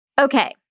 Okay